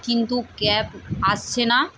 কিন্তু ক্যাব আসছে না